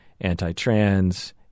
anti-trans